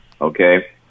Okay